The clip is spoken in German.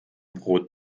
brot